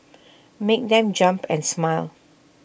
make them jump and smile